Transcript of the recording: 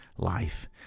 life